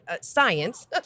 science